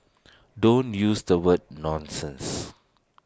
don't use the word nonsense